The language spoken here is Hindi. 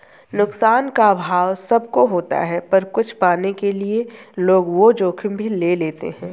नुकसान का अभाव सब को होता पर कुछ पाने के लिए लोग वो जोखिम भी ले लेते है